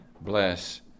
bless